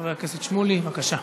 חבר הכנסת שמולי, בבקשה.